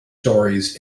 stories